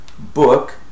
book